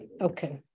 okay